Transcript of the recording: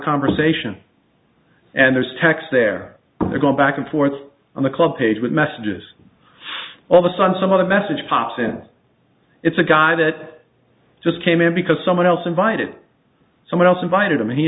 conversation and there's text they're going back and forth on the club page with messages all the sudden some other message pops and it's a guy that just came in because someone else invited someone else invited him he